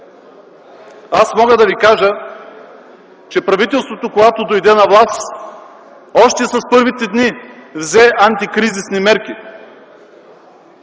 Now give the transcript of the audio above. Аз мога да ви кажа, че правителството, когато дойде на власт, още в първите дни взе антикризисни мерки.